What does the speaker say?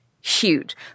huge